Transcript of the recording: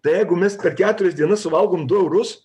tai jeigu mes per keturias dienas suvalgom du eurus